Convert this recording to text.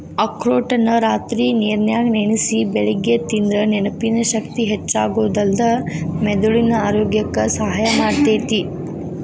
ಅಖ್ರೋಟನ್ನ ರಾತ್ರಿ ನೇರನ್ಯಾಗ ನೆನಸಿ ಬೆಳಿಗ್ಗೆ ತಿಂದ್ರ ನೆನಪಿನ ಶಕ್ತಿ ಹೆಚ್ಚಾಗೋದಲ್ದ ಮೆದುಳಿನ ಆರೋಗ್ಯಕ್ಕ ಸಹಾಯ ಮಾಡ್ತೇತಿ